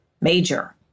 major